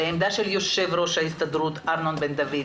על העמדה של יו"ר ההסתדרות ארנון בר דוד,